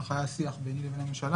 שעלה בשיח ביני לבין הממשלה.